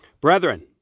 Brethren